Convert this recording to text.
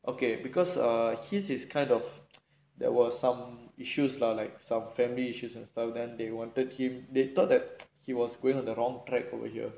okay because err his is kind of there were some issues lah like some family issues and stuff then they wanted him they thought that he was going on the wrong track over here